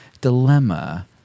Dilemma